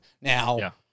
Now